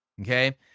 Okay